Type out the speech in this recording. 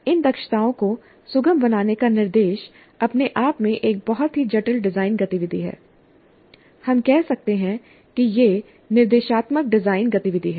इन दक्षताओं को सुगम बनाने का निर्देश अपने आप में एक बहुत ही जटिल डिजाइन गतिविधि है हम कह सकते हैं कि यह निर्देशात्मक डिजाइन गतिविधि है